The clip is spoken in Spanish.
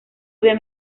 había